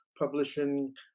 publishing